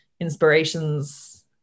inspirations